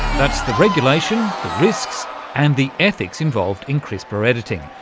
that's the regulation, the risks and the ethics involved in crispr editing,